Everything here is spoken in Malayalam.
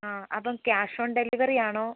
അ അപ്പം ക്യാഷ് ഓൺ ഡെലിവെറി ആണോ